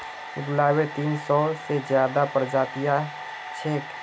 गुलाबेर तीन सौ से ज्यादा प्रजातियां छेक